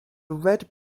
red